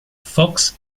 fox